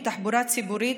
מתחבורה ציבורית,